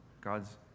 God's